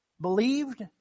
Believed